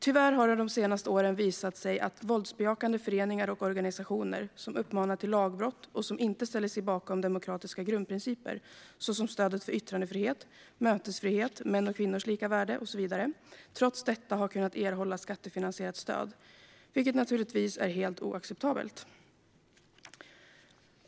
Tyvärr har det de senaste åren visat sig att våldsbejakande föreningar och organisationer som uppmanar till lagbrott och som inte ställer sig bakom demokratiska grundprinciper såsom stödet för yttrandefrihet och mötesfrihet, män och kvinnors lika värde och så vidare har kunnat erhålla skattefinansierat stöd, vilket naturligtvis är helt oacceptabelt.